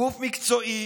גוף מקצועי